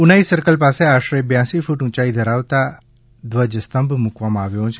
Unai circle પાસે આશરે બ્યાંસી ફૂટ ઉંચાઇ ધરાવતા ધ્વજસ્તંભ મૂકવામાં આવ્યો છે